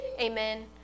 Amen